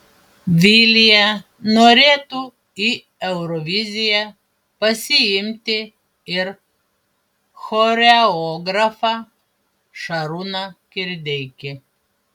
vilija norėtų į euroviziją pasiimti ir choreografą šarūną kirdeikį